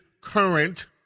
current